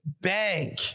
bank